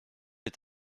est